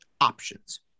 options